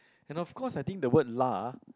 and of course I think the word lah